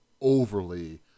overly